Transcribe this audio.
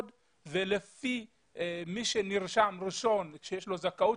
ולפי מי שנרשם ראשון ומי שיש לו זכאות.